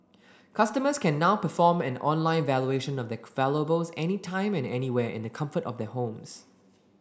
customers can now perform an online valuation of their valuables any time and anywhere in the comfort of their homes